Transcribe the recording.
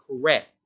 correct